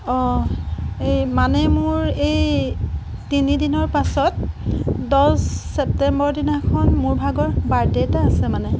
অঁ এই মানে মোৰ এই তিনি দিনৰ পাছত দছ ছেপ্টেম্বৰ দিনাখন মোৰ ভাগৰ বাৰ্থডে' এটা আছে মানে